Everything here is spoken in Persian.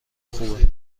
خوبه